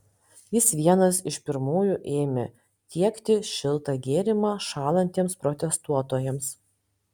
jis vienas iš pirmųjų ėmė tiekti šiltą gėrimą šąlantiems protestuotojams